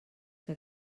que